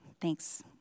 Thanks